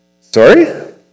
Sorry